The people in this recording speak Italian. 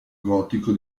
gotico